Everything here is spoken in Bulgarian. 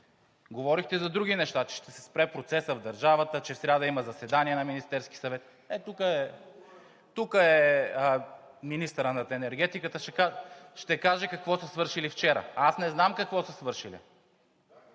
Говорихте за други неща – че ще се спре процесът в държавата, че в сряда има заседание на Министерския съвет. Тук е министърът на енергетиката, ще каже какво са свършили вчера. Аз не знам какво са свършили.